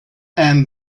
and